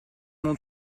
mon